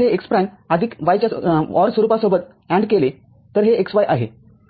हे x prime आदिक y च्या OR स्वरुपासोबत AND केले तर ते xy आहे